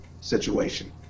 situation